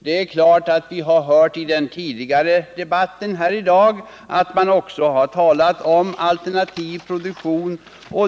Vi har hört hur man också i den tidigare debatten här i dag talat om alternativ produktion.